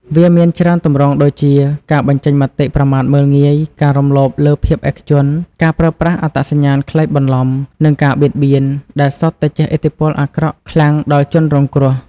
វាមានច្រើនទម្រង់ដូចជា ការបញ្ចេញមតិប្រមាថមើលងាយ ការរំលោភលើភាពឯកជន ការប្រើប្រាស់អត្តសញ្ញាណក្លែងបន្លំ និងការបៀតបៀន ដែលសុទ្ធតែជះឥទ្ធិពលអាក្រក់ខ្លាំងដល់ជនរងគ្រោះ។